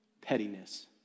Pettiness